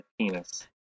Penis